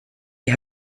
die